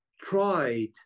tried